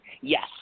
yes